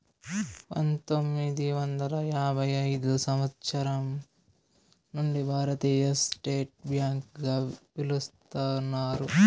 పంతొమ్మిది వందల యాభై ఐదు సంవచ్చరం నుండి భారతీయ స్టేట్ బ్యాంక్ గా పిలుత్తున్నారు